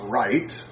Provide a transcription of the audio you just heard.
right